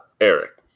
Eric